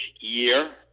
year